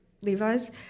Levi's